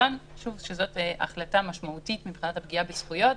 כמובן שזאת החלטה משמעותית מבחינת הפגיעה בזכויות,